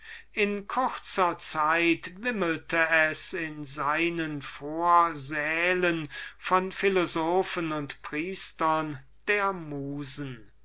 in kurzer zeit wimmelte es in seinen vorsälen von philosophen und priestern der musen